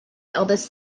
eldest